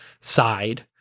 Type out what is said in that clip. side